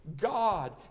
God